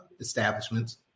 establishments